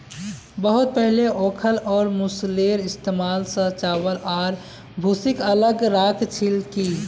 बहुत पहले ओखल और मूसलेर इस्तमाल स चावल आर भूसीक अलग राख छिल की